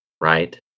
right